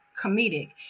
comedic